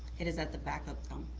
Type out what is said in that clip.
it is at the back of the